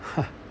ha